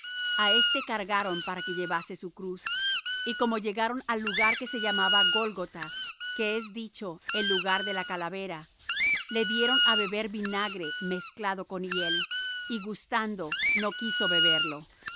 á éste cargaron para que llevase su cruz y como llegaron al lugar que se llamaba gólgotha que es dicho el lugar de la calavera le dieron á beber vinagre mezclado con hiel y gustando no quiso beber